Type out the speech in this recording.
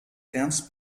ernst